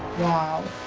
while